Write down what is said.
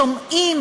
שומעים